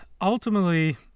ultimately